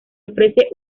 ofrece